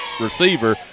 receiver